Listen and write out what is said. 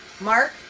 Mark